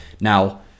now